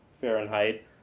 Fahrenheit